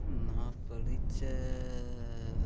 நான் படித்த